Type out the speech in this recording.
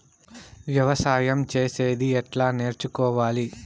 వ్యవసాయం చేసేది ఎట్లా నేర్చుకోవాలి?